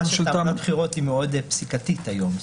תעמולת בחירות היא מאוד פסיקתית היום.